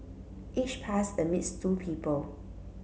each pass admits two people